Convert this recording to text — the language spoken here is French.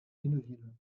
hainneville